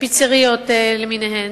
בפיצריות למיניהן,